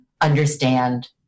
understand